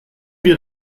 wir